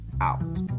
out